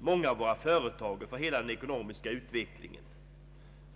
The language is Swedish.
många av våra företag känner stor oro för hela den ekonomiska utvecklingen.